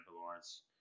Lawrence